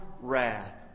wrath